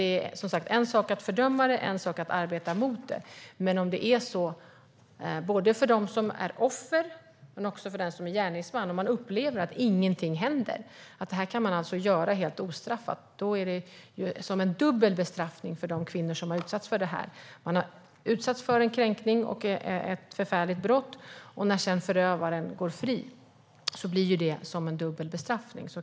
Det är som sagt en sak att fördöma det som sker, en annan att arbeta mot det. Om man som offer, men också som gärningsman, upplever att ingenting händer, att övergreppen kan ske ostraffat, blir det som en dubbel bestraffning för de kvinnor som blivit utsatta. De har utsatts för en kränkning och ett förfärligt brott, och när förövaren sedan går fri känns det som en dubbel bestraffning.